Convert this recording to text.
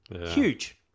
Huge